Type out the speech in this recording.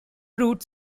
routes